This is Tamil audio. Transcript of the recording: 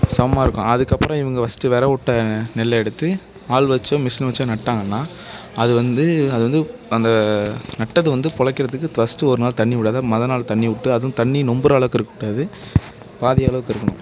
சமமாக இருக்கும் அதுக்கப்புறம் இவங்க ஃபஸ்ட்டு வெதை விட்ட நெல்லை எடுத்து ஆள் வச்சோ மிஷின் வச்சோ நட்டாங்கன்னால் அது வந்து அது வந்து அந்த நட்டது வந்து பிழைக்கிறத்துக்கு ஃபஸ்ட்டு ஒருநாள் தண்ணி விடாத மறுநாள் தண்ணி விட்டு அதுவும் தண்ணி ரொம்புற அளவுக்கு இருக்கக்கூடாது பாதி அளவுக்கு இருக்கணும்